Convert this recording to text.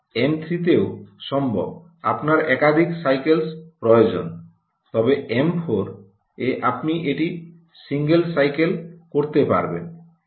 M 3 এও সম্ভবত আপনার একাধিক সাইকেলস প্রয়োজন তবে এম 4 এ আপনি এটি সিঙ্গেল সাইকেলে করতে পারবেন